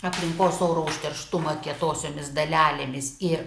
aplinkos oro užterštumą kietosiomis dalelėmis ir